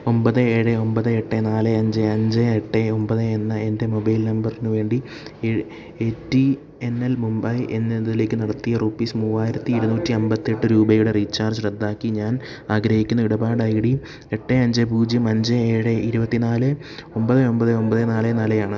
ഒൻപത് ഏഴ് ഒൻപത് എട്ട് നാല് അഞ്ച് അഞ്ച് എട്ട് ഒൻപത് എന്ന എൻറ്റെ മൊബൈൽ നമ്പറിനു വേണ്ടി ഈ റ്റി എൻ എൽ മുംബൈ എന്നതിലേക്ക് നടത്തിയ റുപ്പീസ് മൂവായിരത്തി ഇരുന്നൂറ്റി അൻപത്തെട്ട് രൂപയുടെ റീചാർജ് റദ്ദാക്കി ഞാൻ ആഗ്രഹിക്കുന്നു ഇടപാട് ഐ ഡി എട്ട് അഞ്ച് പൂജ്യം അഞ്ച് ഏഴ് ഇരുപത്തിനാല് ഒൻപത് ഒൻപത് ഒൻപത് നാല് നാല് ആണ്